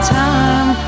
time